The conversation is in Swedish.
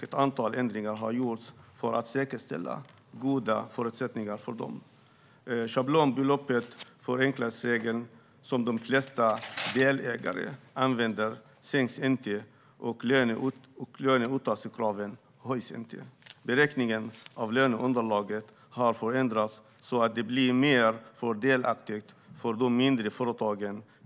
Ett antal ändringar har gjorts för att säkerställa goda förutsättningar för dem. Schablonbeloppet, förenklingsregeln, som de flesta delägare använder sig av sänks inte och löneuttagskraven höjs inte. Beräkningen av löneunderlaget har förändrats så att det blir mer fördelaktigt för de mindre företagen.